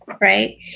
right